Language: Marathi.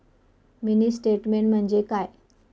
मिनी स्टेटमेन्ट म्हणजे काय?